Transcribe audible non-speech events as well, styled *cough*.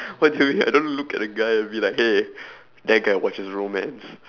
*laughs* what do you mean I don't look at the guy and be like hey *breath* that guy watches romance